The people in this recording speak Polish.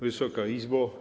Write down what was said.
Wysoka Izbo!